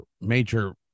major